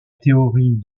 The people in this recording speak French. théorie